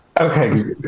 okay